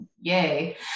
yay